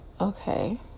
Okay